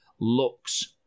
looks